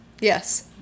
Yes